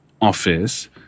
office